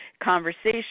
conversation